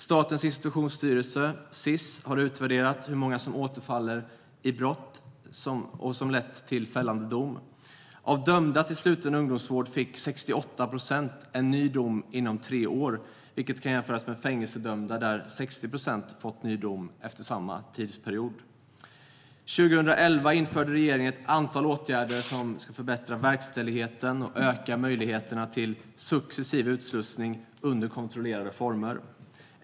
Statens institutionsstyrelse, Sis, har utvärderat hur många som återfaller i brott som leder till fällande dom. Av dömda till sluten ungdomsvård fick 68 procent en ny dom inom tre år, vilket kan jämföras med fängelsedömda, där 60 procent fått en ny dom efter samma tidsperiod. År 2011 införde regeringen ett antal åtgärder som ska förbättra verkställigheten och öka möjligheterna till successiv utslussning under kontrollerade former.